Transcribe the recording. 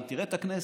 וגם תראה את הכנסת,